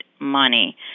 money